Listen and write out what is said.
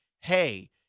hey